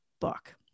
book